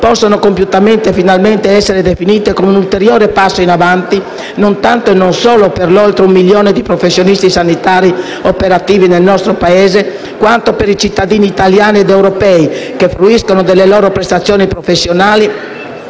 possono compiutamente e finalmente essere definite come un ulteriore passo in avanti non tanto e non solo per l'oltre un milione di professionisti sanitari operativi nel nostro Paese, quanto per i cittadini italiani ed europei che fruiscono delle loro prestazioni professionali